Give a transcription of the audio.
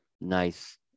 Nice